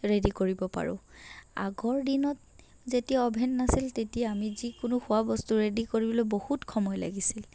ready কৰিব পাৰোঁ আগৰ দিনত যেতিয়া অ'ভেন নাছিল তেতিয়া আমি যিকোনো খোৱা বস্তু ৰেডী কৰিবলৈ বহুত সময় লাগিছিল